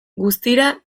guztira